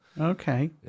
Okay